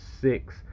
six